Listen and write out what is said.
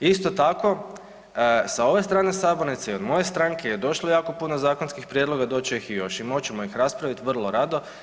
Isto tako sa ove strane sabornice i od moje stranke je došlo jako puno zakonskih prijedloga, doći će ih i još i moći ćemo ih raspraviti, vrlo rado.